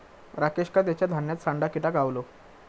राकेशका तेच्या धान्यात सांडा किटा गावलो